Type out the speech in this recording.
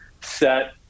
set